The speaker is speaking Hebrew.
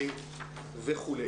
וכו'.